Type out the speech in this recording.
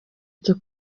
cyo